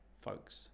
folks